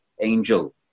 angel